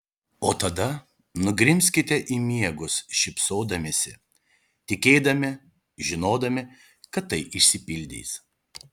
o tada nugrimzkite į miegus šypsodamiesi tikėdami žinodami kad tai išsipildys